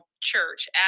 church